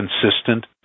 consistent